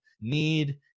need